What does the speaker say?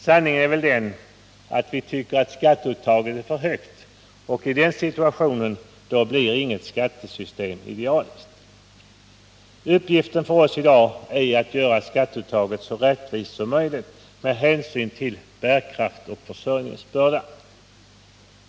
Sanningen är väl den att vi tycker att skatteuttaget är för högt, och i den situationen blir inget skattesystem idealiskt. Uppgiften för oss i dag är att göra skatteuttaget så rättvist som möjligt med hänsyn till bärkraft och försörjningsbörda.